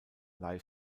live